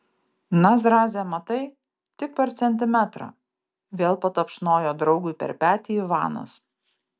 na zraze matai tik per centimetrą vėl patapšnojo draugui per petį ivanas